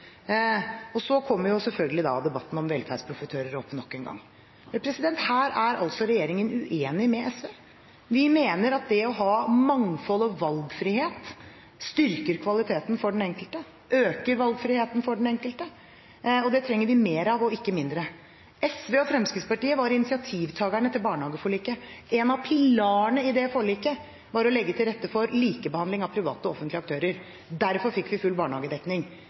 Og så kommer selvfølgelig debatten om velferdsprofitører opp nok en gang. Her er regjeringen uenig med SV. Vi mener at det å ha mangfold og valgfrihet styrker kvaliteten for den enkelte, øker valgfriheten for den enkelte, og det trenger vi mer av, ikke mindre. SV og Fremskrittspartiet var initiativtakerne til barnehageforliket. En av pilarene i det forliket var å legge til rette for likebehandling av private og offentlige aktører. Derfor fikk vi full barnehagedekning.